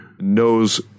knows